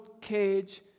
cage